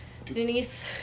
Denise